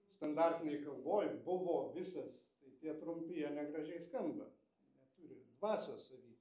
standartinėj kalboj buvo visas tai tie trumpi jie negražiai skamba neturi dvasios savy